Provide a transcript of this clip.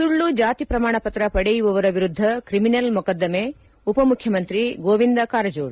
ಸುಳ್ನು ಜಾತಿ ಪ್ರಮಾಣಪತ್ರ ಪಡೆಯುವವರ ವಿರುದ್ದ ತ್ರಿಮಿನಲ್ ಮೊಕದ್ದಮೆ ಉಪಮುಖ್ಯಮಂತ್ರಿ ಗೋವಿಂದ ಕಾರಜೋಳ